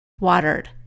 watered